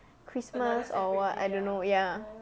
christmas or what I don't know ya